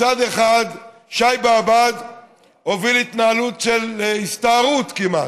מצד אחד שי באב"ד הוביל התנהלות של הסתערות, כמעט,